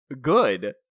Good